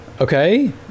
okay